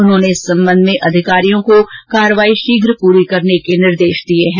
उन्होंने इस सम्बन्ध में अधिकारियों को कार्यवाही शीघ्र पूरी करने के निर्देश दिये हैं